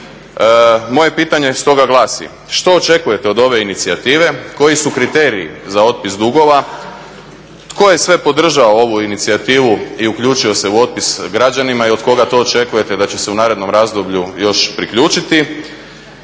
Moje pitanje stoga glasi, što očekujete od ove inicijative, koji su kriteriji za otpis dugova, tko je sve podržao ovu inicijativu i uključio se u otpis građanima i od koga to očekujete da će se u narednom razdoblju još priključiti?